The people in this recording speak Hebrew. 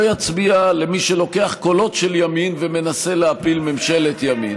לא יצביע למי שלוקח קולות של ימין ומנסה להפיל ממשלת ימין.